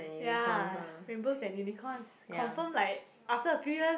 ya rainbows and unicorns confirm like after a few years